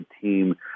team